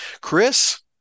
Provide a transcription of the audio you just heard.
Chris